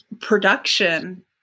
production